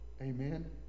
Amen